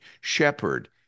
shepherd